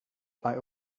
bei